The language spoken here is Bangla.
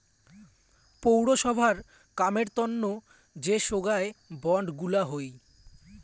পৌরসভার কামের তন্ন যে সোগায় বন্ড গুলা হই